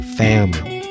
family